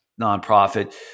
nonprofit